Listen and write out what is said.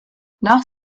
nach